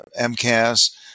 MCAS